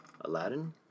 Aladdin